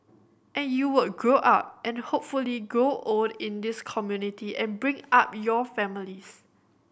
and you would grow up and hopefully grow old in this community and bring up your families